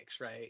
right